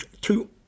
two